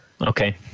Okay